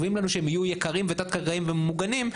חשוב לנו שהם יקרים ותת קרקעיים וממוגנים,